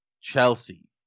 Chelsea